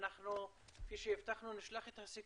נשלח את הסיכום, ונשמח לקבל הערות.